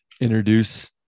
introduce